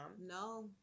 No